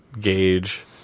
gauge